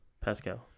Pascal